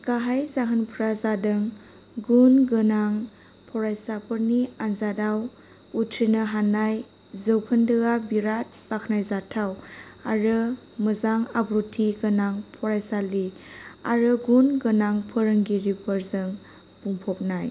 गाहाय जाहोनफ्रा जादों गुन गोनां फरायसाफोरनि आन्जादाव उथ्रिनो हानाय जौखोन्दोआ बिराद बाख्नायजाथाव आरो मोजां आब्रुथि गोनां फरायसालि आरो गुन गोनां फोरोंगिरिफोरजों बुंफबनाय